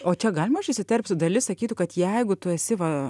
o čia galima aš įsiterpsiu dalis sakytų kad jeigu tu esi va